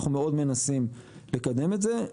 אנחנו מאוד מנסים לקדם את זה.